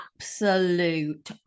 absolute